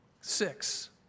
Six